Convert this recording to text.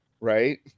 right